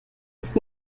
ist